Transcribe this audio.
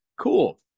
cool